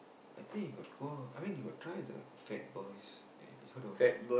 I think you got go I mean you got try the Fat-Boys uh you heard of that